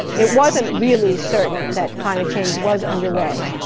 it wasn't really certain that climate change was underway.